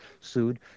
sued